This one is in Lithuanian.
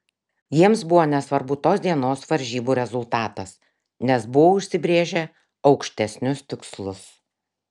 jiems buvo nesvarbu tos dienos varžybų rezultatas nes buvo užsibrėžę aukštesnius tikslus